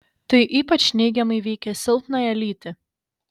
tai ypač neigiamai veikia silpnąją lytį